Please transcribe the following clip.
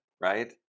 Right